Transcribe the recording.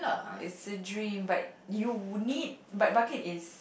it's a dream but you would need but bucket is